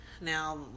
Now